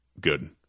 Good